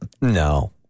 no